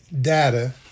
data